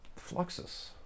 Fluxus